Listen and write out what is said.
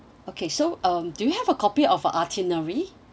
okay so um do have a copy of itinerary